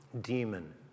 demon